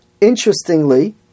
Interestingly